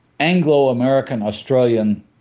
Anglo-American-Australian